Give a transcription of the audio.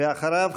ואחריו,